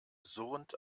surrend